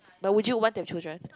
but would you want a children